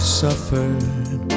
suffered